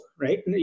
right